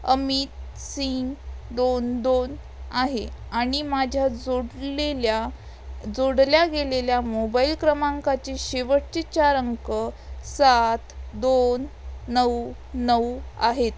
अमित सिंग दोन दोन आहे आणि माझ्या जोडलेल्या जोडल्या गेलेल्या मोबाईल क्रमांकाची शेवटची चार अंक सात दोन नऊ नऊ आहेत